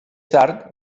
tard